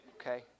okay